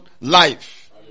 life